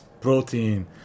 protein